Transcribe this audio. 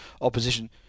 opposition